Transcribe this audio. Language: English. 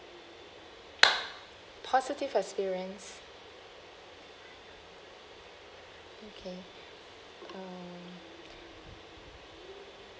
positive experience okay um